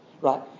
Right